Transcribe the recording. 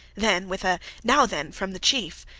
then, with a now, then! from the chief,